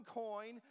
coin